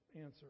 answer